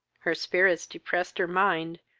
her spirits depressed her mind,